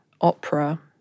opera